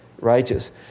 righteous